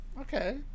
Okay